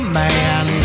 man